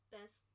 best